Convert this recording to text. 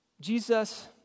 Jesus